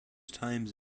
times